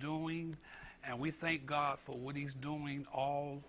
doing and we thank god for what he's doing all